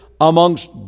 amongst